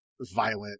violent